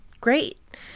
Great